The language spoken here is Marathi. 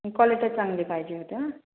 क्वालिट्या चांगल्या पाहिजे होत्या